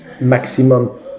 maximum